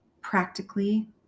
practically